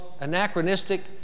anachronistic